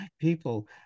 people